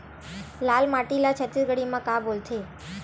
लाल माटी ला छत्तीसगढ़ी मा का बोलथे?